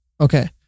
Okay